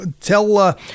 Tell